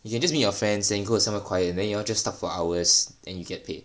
you can just meet your friends then you go to somewhere quiet then you're just talk for hours then you get paid